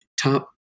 top